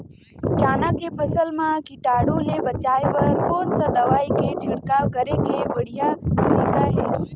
चाना के फसल मा कीटाणु ले बचाय बर कोन सा दवाई के छिड़काव करे के बढ़िया तरीका हे?